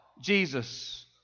Jesus